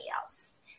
else